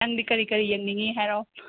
ꯅꯪꯗꯤ ꯀꯔꯤ ꯀꯔꯤ ꯌꯦꯡꯅꯤꯡꯏ ꯍꯥꯏꯔꯛꯑꯣ